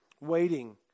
Waiting